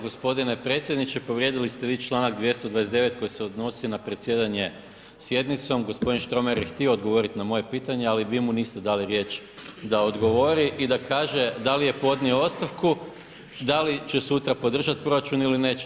Gospodine predsjedniče povrijedili ste vi članak 229. koji se odnosi na predsjedanje sjednicom, g. Štromar je htio odgovoriti na moje pitanje ali vi mu niste dali riječ da odgovori i da kaže da li je podnio ostavku, da li će sutra podržati proračun ili neće.